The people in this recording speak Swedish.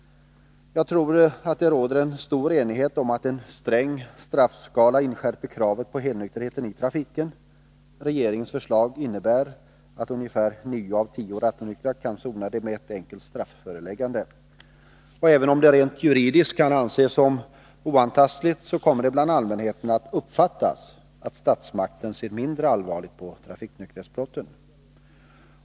Jag tror att det råder stor enighet om att en sträng straffskala inskärper kravet på helnykterhet i trafiken. Regeringens förslag innebär att ungefär nio av tio rattonyktra kan sona brottet med ett enkelt strafföreläggande. Även om detta rent juridiskt kan ses som oantastligt, kommer det bland allmänheten att uppfattas som att statsmakten ser mindre allvarligt på trafiknykterhetsbrotten.